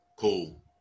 Cool